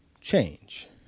change